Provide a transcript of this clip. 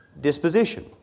disposition